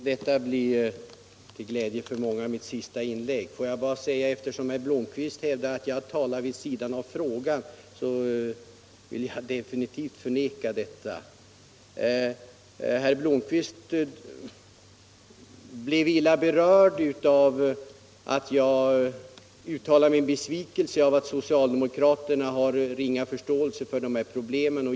Herr talman! Till glädje för många blir detta mitt sista inlägg i denna debatt. Herr Blomkvist hävdar att jag talar vid sidan av frågan. Detta vill jag emellertid definitivt förneka. Herr Blomkvist blev illa berörd av att jag uttalade min besvikelse över att socialdemokraterna har ringa förståelse för dessa problem.